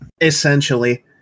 Essentially